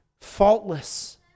Faultless